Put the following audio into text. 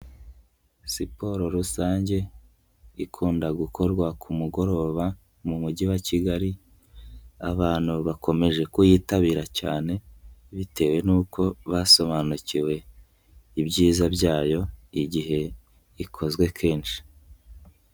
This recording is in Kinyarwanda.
Siporo rusange ikunda gukorwa ku mugoroba mu mujyi wa Kigali, abantu bakomeje kuyitabira cyane bitewe n'uko basobanukiwe ibyiza byayo igihe ikozwe kenshi.